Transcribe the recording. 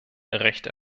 recht